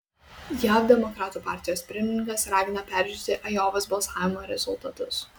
jav demokratų partijos pirmininkas ragina peržiūrėti ajovos balsavimo rezultatus